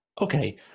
Okay